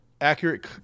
accurate